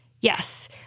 Yes